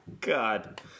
God